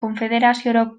konfederazioko